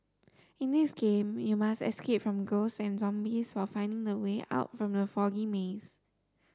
in this game you must escape from ghosts and zombies while finding the way out from the foggy maze